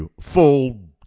Full